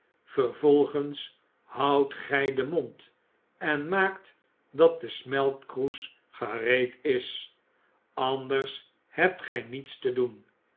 vervolgens houdt gij je mond en maakt dat de smeltkroes gereed is anders hebt gij niets te doen